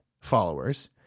followers